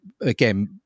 again